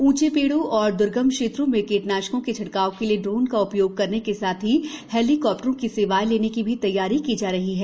ऊंचे पेड़ों और द्र्गम क्षेत्रों में कीटनाशकों के छिड़काव के लिए ड्रोन का उपयोग करने के साथ ही हेलिकॉप्टरों की सेवाएं लेने की भी तैयारी की जा रही है